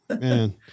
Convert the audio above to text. Man